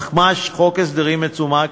ממש חוק הסדרים מצומק,